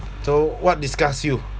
so what disgusts you